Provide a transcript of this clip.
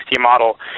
model